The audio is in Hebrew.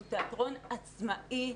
אנחנו תיאטרון עצמאי,